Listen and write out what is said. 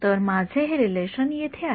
तर माझे हे रिलेशन येथे आहे